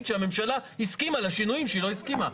שהממשלה הסכימה לשינויים שהיא לא הסכימה.